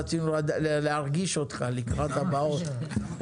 רצינו להרגיש אותך לקראת הבאות.